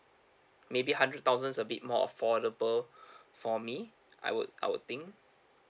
maybe hundred thousand is a bit more affordable for me I would I would think